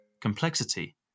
complexity